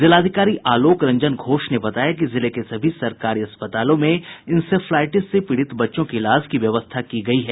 जिलाधिकारी आलोक रंजन घोष ने बताया कि जिले के सभी सरकारी अस्पतालों में इंसेफ्लाईटिस से पीड़ित बच्चों के इलाज की व्यवस्था की गयी है